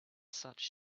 such